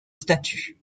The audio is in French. statuts